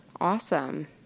Awesome